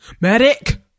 Medic